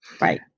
Right